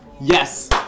Yes